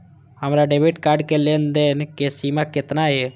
हमार debit card के लेन देन के सीमा केतना ये?